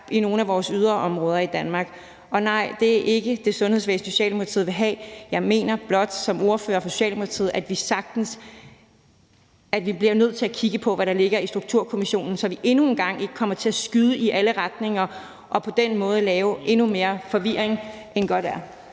i nogle af vores yderområder i Danmark. Nej, det er ikke det sundhedsvæsen, Socialdemokratiet vil have. Jeg mener blot som ordfører for Socialdemokratiet, at vi bliver nødt til at kigge på, hvad der ligger i det fra Sundhedsstrukturkommissionen, så vi ikke endnu en gang kommer til at skyde i alle retninger og på den måde lave endnu mere forvirring, end godt er.